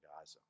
Gaza